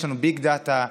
יש לנו ביג דאטה,